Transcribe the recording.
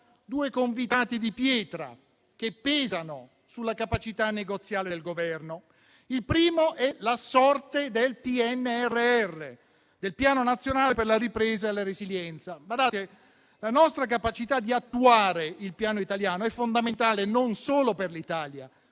due convitati di pietra che pesano sulla capacità negoziale del Governo: il primo è la sorte del Piano nazionale per la ripresa e la resilienza (PNRR). Badate: la nostra capacità di attuare il Piano italiano è fondamentale non solo per l'Italia,